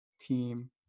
team